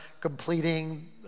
completing